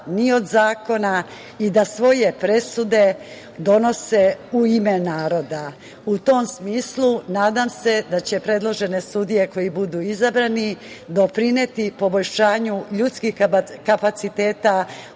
ni od zakona i da svoje presude donose u ime naroda.U tom smislu se nadam da će predložene sudije, koji budu izabrani, doprineti poboljšanju ljudskih kapaciteta